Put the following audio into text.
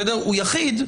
הוא יחיד,